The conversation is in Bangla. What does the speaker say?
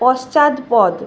পশ্চাৎপদ